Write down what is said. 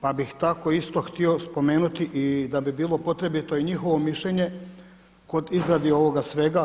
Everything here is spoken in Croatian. Pa bih tako isto htio spomenuti i da bi bilo potrebito i njihovo mišljenje kod izrade ovoga svega.